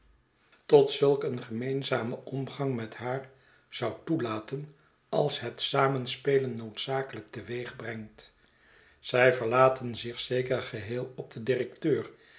tot zulk schetsen van boz een gemeenzamen omgang met haar zou toelaten als het samenspelen noodzakelijk teweegbrengt zij verlaten zich zeker geheel op den directeur